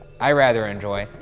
i rather enjoy.